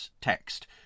text